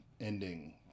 ending